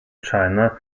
china